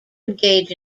engage